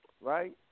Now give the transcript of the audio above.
right